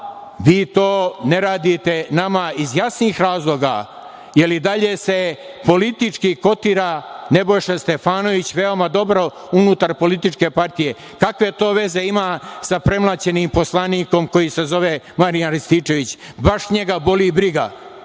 vi to ne radite iz nama jasnih razloga, jer i dalje se politički kotira Nebojša Stefanović veoma dobro unutar političke partije. Kakve to veze ima sa premlaćenim poslanikom koji se zove Marijan Rističević? Baš njega boli briga